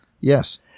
Yes